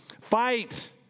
Fight